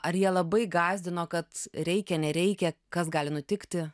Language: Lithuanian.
ar jie labai gąsdino kad reikia nereikia kas gali nutikti